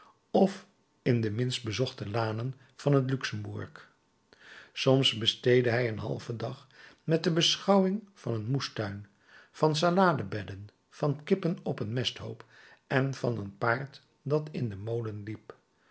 of in de minst bezochte lanen van het luxemburg soms besteedde hij een halven dag met de beschouwing van een moestuin van saladebedden van kippen op een mesthoop en van een paard dat in den molen liep